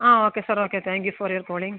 ആ okay sir okay thank you for your calling